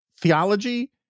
theology